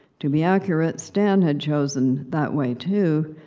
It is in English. to be accurate, stan had chosen that way too,